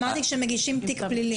אמרתי שמגישים תיק פלילי.